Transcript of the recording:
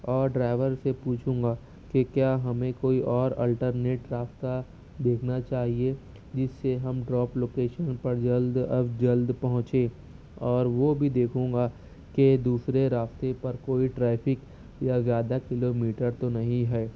اور ڈرائیور سے پوچھوں گا کہ کیا ہمیں کوئی اور الٹرنیٹ راستہ دیکھنا چاہیے جس سے ہم ڈراپ لوکیشن پر جلد از جلد پہونچے اور وہ بھی دیکھوں گا کہ دوسرے راستے پر کوئی ٹریفک یا زیادہ کلو میٹر تو نہیں ہے